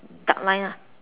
dark line lah